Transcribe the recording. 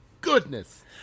goodness